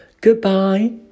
Goodbye